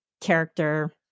character